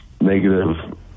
negative